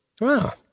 Wow